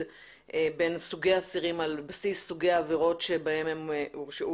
בין סוגי האסירים על בסיס סוגי העבירות שבהן הם הורשעו